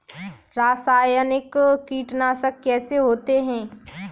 रासायनिक कीटनाशक कैसे होते हैं?